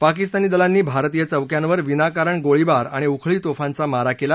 पाकिस्तानी दलांनी भारतीय चौक्यांवर विनाकारण गोळीबार आणि उखळी तोफांचा मारा केला